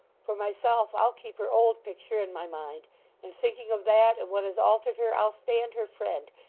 for myself, i'll keep her old picture in my mind and thinking of that, and what has altered her, i'll stand her friend,